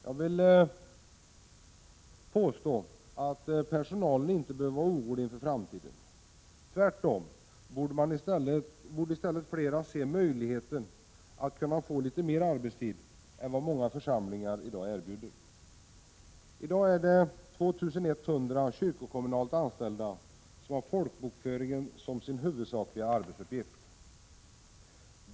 Jag vill påstå att personalen inte behöver vara orolig inför framtiden, tvärtom borde i stället flera se möjligheten att få litet mer arbetstid än vad många församlingar erbjuder. I dag är det 2 100 kyrkokommunalt anställda som har folkbokföringen som sin huvudsakliga arbetsuppgift.